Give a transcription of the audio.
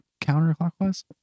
counterclockwise